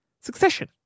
succession